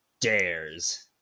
dares